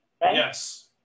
Yes